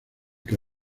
que